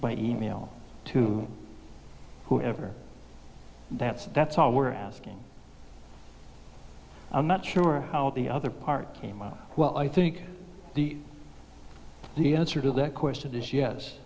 by e mail to whoever that's it that's all we're asking i'm not sure how the other part came up well i think the the answer to that question this yes